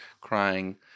crying